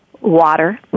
Water